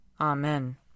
Amen